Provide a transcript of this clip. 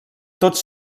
tots